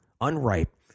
unripe